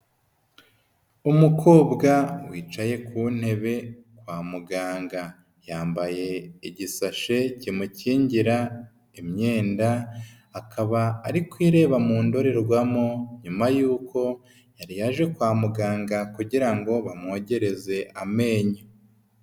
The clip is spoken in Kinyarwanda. Umukobwa wicaye ku ntebe kwa muganga yambaye igisashe kimukingira imyenda akaba ari kwireba mu ndorerwamo nyuma y yaje kwa muganga kugira ngo bamwogeze amenyo.